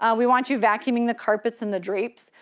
ah we want you vacuuming the carpets and the drapes.